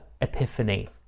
epiphany